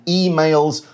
emails